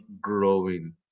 growing